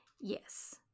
Yes